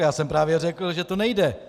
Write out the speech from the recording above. Já jsem právě řekl, že to nejde.